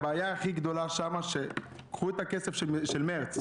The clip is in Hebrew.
הבעיה הכי גדולה שם שלקחו את הכסף של מרץ.